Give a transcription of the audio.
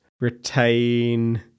retain